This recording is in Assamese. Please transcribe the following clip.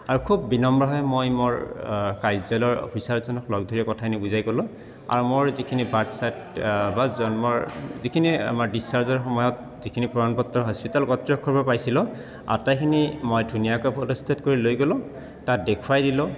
আৰু খুব বিনম্ৰ হৈ মই মোৰ কাৰ্যালয়ৰ অফিচাৰজনক লগ ধৰি কথাখিনি বুজাই ক'লোঁ আৰু মোৰ যিখিনি বাৰ্থচা বা জন্মৰ যিখিনি আমাৰ ডিছচাৰ্জৰ সময়ত যিখিনি প্ৰমাণপত্ৰ হস্পিতাল কৰ্তৃপক্ষৰ পা পাইছিলোঁ আটাইখিনি মই ধুনীয়াকৈ ফটোষ্টে'ট কৰি লৈ গ'লোঁ তাত দেখুৱাই দিলোঁ